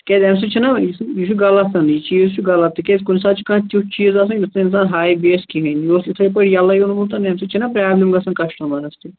کیٛازِ اَمہِ سۭتۍ چھِناہ یُس یہِ چھِ غلط یہِ چیٖز چھُ غلط تِکیٛازِ کُنہِ ساتہٕ چھِ کانٛہہ تیُتھ چیٖز آسان یُتھ نہٕ اِنسان ہایہِ بیٚیِس کِہیٖنٛۍ یہِ اوس یِتھٕے پاٹھۍ ییٚلٕے اونمُت اَمہ سٍتۍ چھَناہ پرٛابلِم گژھان کسٹٕمرس تہِ